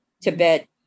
Tibet